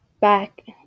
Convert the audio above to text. back